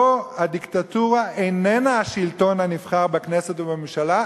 פה הדיקטטורה איננה השלטון הנבחר בכנסת ובממשלה,